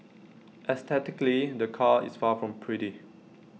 aesthetically the car is far from pretty